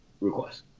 request